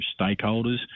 stakeholders